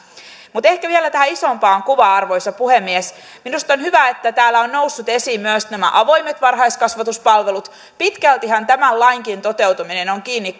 mutta ehkä vielä tähän isompaan kuvaan arvoisa puhemies minusta on on hyvä että täällä ovat nousseet esiin myös nämä avoimet varhaiskasvatuspalvelut pitkältihän tämänkin lain toteutuminen on kiinni